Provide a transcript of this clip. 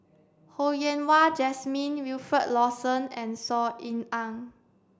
Ho Yen Wah Jesmine Wilfed Lawson and Saw Ean Ang